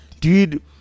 dude